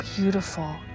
beautiful